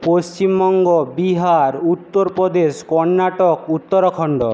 Paschimbanga Bihar Uttar Pradesh Karnataka Uttarakhand